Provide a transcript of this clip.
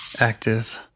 active